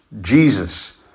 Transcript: Jesus